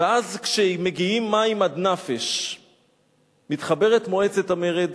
ואז, כשמגיעים מים עד נפש מתחברת מועצת המרד